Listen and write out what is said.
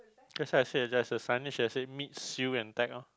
that's why I say there's a signage that say meet Sue and orh